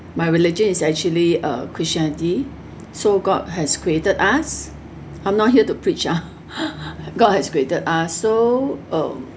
my religion is actually uh christianity so god has created us I'm not here to preach ah god has created us so uh